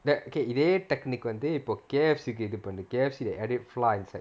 that okay இதே:ithae technique வந்து இப்போ:vanthu ippo K_F_C இது பண்ணுது:ithu pannuthu K_F_C added flour inside